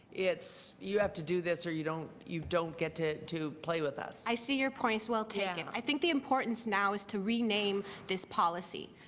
it's you have to do this or you don't you don't get to to play with us. i see your. it's well taken. i think the importance now is to rename this policy.